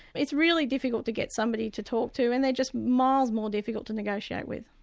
it's really difficult to get somebody to talk to and they're just miles more difficult to negotiate with.